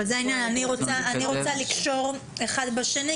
אבל זה העניין: אני רוצה לקשור אחד בשני,